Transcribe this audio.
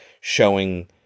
showing